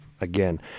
Again